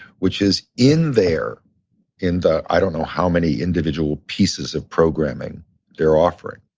which is in there in the i don't know how many individual pieces of programming they're offering,